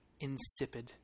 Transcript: insipid